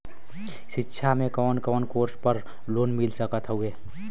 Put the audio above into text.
शिक्षा मे कवन कवन कोर्स पर लोन मिल सकत हउवे?